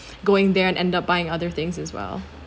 going there end up buying other things as well